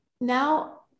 now